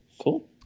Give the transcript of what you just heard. Cool